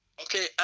Okay